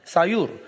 Sayur